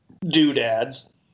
doodads